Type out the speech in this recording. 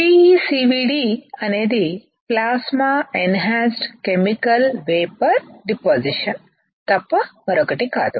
PECVD అనేది plasma enhanced chemical vapour డిపాసిషన్తప్ప మరొకటి కాదు